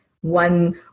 one